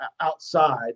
outside